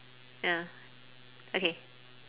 ya okay